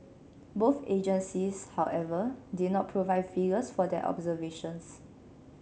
both agencies however did not provide figures for their observations